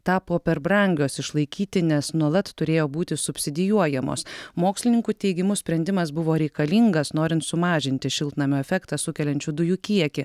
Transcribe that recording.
tapo per brangios išlaikyti nes nuolat turėjo būti subsidijuojamos mokslininkų teigimu sprendimas buvo reikalingas norint sumažinti šiltnamio efektą sukeliančių dujų kiekį